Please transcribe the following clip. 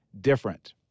different